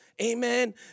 Amen